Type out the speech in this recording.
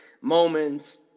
moments